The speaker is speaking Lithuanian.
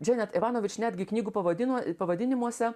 dženet ivanovič netgi knygų pavadino pavadinimuose